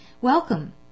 Welcome